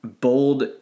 bold